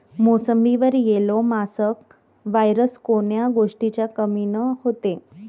मोसंबीवर yellow mosaic virus कोन्या गोष्टीच्या कमीनं होते?